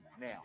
now